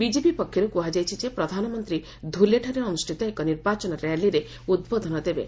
BJP ପକ୍ଷରୁ କୁହାଯାଇଛି ଯେ ପ୍ରଧାନମନ୍ତ୍ରୀ ଧୁଲେଠାରେ ଅନୁଷ୍ଠିତ ଏକ ନିର୍ବାଚନ ରାଲିରେ ଉଦ୍ବୋଧନ ଦେବେ